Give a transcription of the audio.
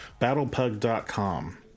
battlepug.com